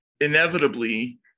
inevitably